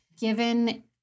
given